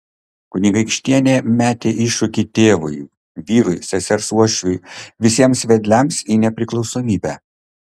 kunigaikštienė metė iššūkį tėvui vyrui sesers uošviui visiems vedliams į nepriklausomybę